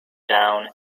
down